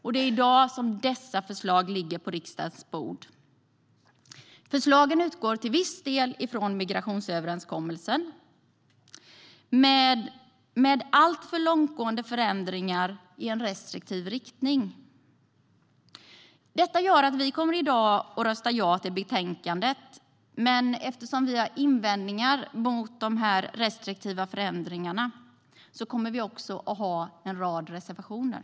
I dag ligger dessa förslag på riksdagens bord. Förslagen utgår till viss del från migrationsöverenskommelsen, men med alltför långtgående förändringar i en restriktiv riktning. Detta gör att vi kommer att rösta ja till utskottets förslag i betänkandet, men eftersom vi har invändningar mot de restriktiva förändringarna har vi också en rad reservationer.